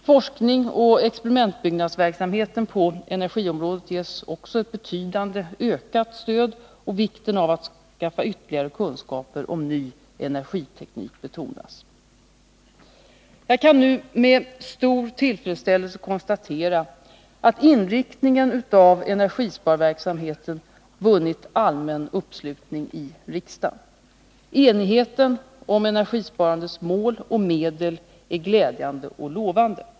Forskningsoch experimentbyggnadsverksamheten på energiområdet ges ett betydande ökat stöd, och vikten av att skaffa ytterligare kunskaper om ny energiteknik betonas. Jag kan nu med stor tillfredsställelse konstatera att inriktningen av energisparverksamheten vunnit allmän uppslutning i riksdagen. Enigheten om energisparandets mål och medel är glädjande och lovande.